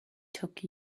took